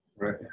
Right